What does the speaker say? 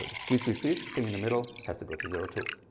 ah squeeze, squeeze, squeeze, the thing in the middle has to go to zero, too.